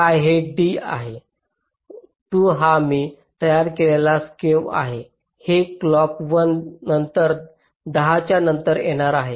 तर ते 12 म्हणजे काय हे D आहे 2 हा मी तयार केलेला स्केव आहे हे क्लॉक 1 नंतर 10 च्या नंतर येणार आहे